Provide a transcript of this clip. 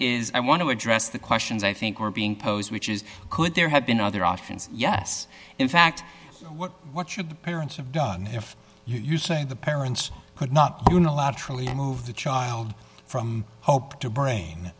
is i want to address the questions i think were being posed which is could there have been other options yes in fact what should parents have done if you say the parents could not unilaterally move the child from hope to